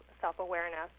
self-awareness